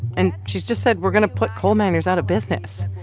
and she's just said we're going to put coal miners out of business.